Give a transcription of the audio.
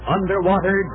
Underwater